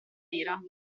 nera